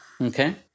Okay